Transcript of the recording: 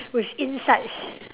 with insights